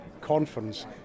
conference